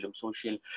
social